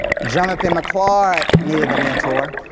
jonathan mcclard needed a mentor.